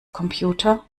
computer